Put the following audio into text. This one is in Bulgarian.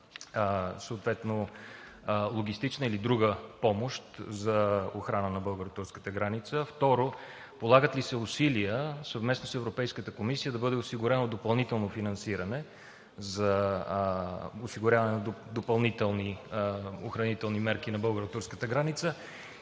съответно на логистична или друга помощ за охрана на българо-турската граница? Второ, полагат ли се усилия съвместно с Европейската комисия да бъде осигурено допълнително финансиране за осигуряване на допълнителни охранителни мерки на българо-турската граница?